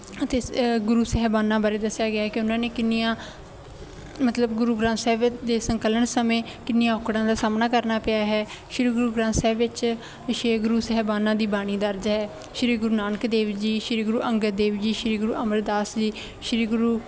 ਅਤੇ ਗੁਰੂ ਸਾਹਿਬਾਨਾਂ ਬਾਰੇ ਦੱਸਿਆ ਗਿਆ ਹੈ ਕਿ ਉਨ੍ਹਾਂ ਨੇ ਕਿੰਨੀਆਂ ਮਤਲਬ ਗੁਰੂ ਗ੍ਰੰਥ ਸਾਹਿਬ ਦੇ ਸੰਕਲਨ ਸਮੇਂ ਕਿੰਨੀਆਂ ਔਕੜਾਂ ਦਾ ਸਾਹਮਣਾ ਕਰਨਾ ਪਿਆ ਹੈ ਸ਼੍ਰੀ ਗੁਰੂ ਗ੍ਰੰਥ ਸਾਹਿਬ ਵਿੱਚ ਛੇ ਗੁਰੂ ਸਾਹਿਬਾਨਾਂ ਦੀ ਬਾਣੀ ਦਰਜ ਹੈ ਸ਼੍ਰੀ ਗੁਰੂ ਨਾਨਕ ਦੇਵ ਜੀ ਸ਼੍ਰੀ ਗੁਰੂ ਅੰਗਦ ਦੇਵ ਜੀ ਸ਼੍ਰੀ ਗੁਰੂ ਅਮਰਦਾਸ ਜੀ ਸ਼੍ਰੀ ਗੁਰੂ